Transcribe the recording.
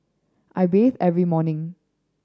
I bathe every morning